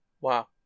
Wow